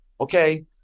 Okay